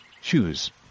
shoes